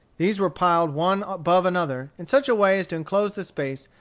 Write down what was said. these were piled one above another, in such a way as to enclose the space,